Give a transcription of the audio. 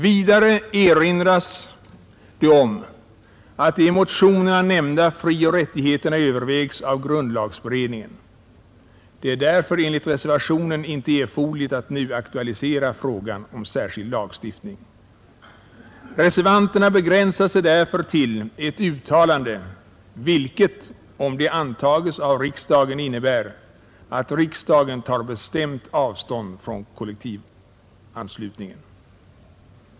Vidare erinras det om att de i motionerna nämnda frioch rättigheterna övervägs av grundlagberedningen. Det är därför enligt reservationen inte erforderligt att nu aktualisera frågan om särskild lagstiftning. Reservanterna begränsar sig därför till ett uttalande, vilket — om det antages av riksdagen — innebär att riksdagen tar bestämt avstånd från kollektivanslutningen.